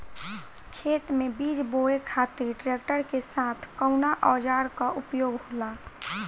खेत में बीज बोए खातिर ट्रैक्टर के साथ कउना औजार क उपयोग होला?